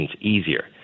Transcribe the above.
easier